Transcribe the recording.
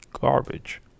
garbage